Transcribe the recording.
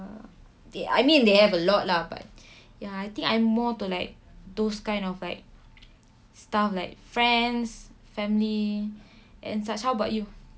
they I mean they have a lot lah but ya I think I'm more to like those kind of like stuff like friends family and such how about you